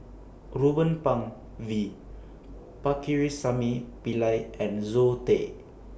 Ruben Pang V Pakirisamy Pillai and Zoe Tay